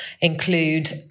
include